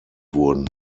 wurden